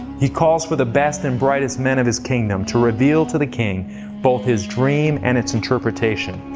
he calls for the best and brightest men of his kingdom to reveal to the king both his dream and it's interpretation.